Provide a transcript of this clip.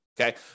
okay